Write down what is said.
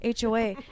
HOA